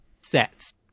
sets